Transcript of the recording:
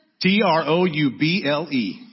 T-R-O-U-B-L-E